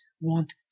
want